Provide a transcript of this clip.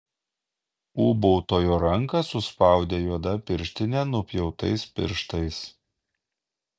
ūbautojo ranką suspaudė juoda pirštinė nupjautais pirštais